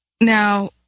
Now